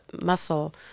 muscle